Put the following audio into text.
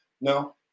no